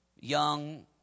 young